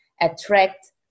attract